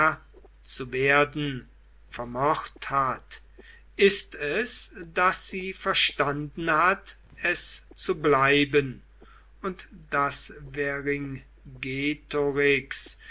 zu werden vermocht hat ist es daß sie verstanden hat es zu bleiben und daß vercingetorix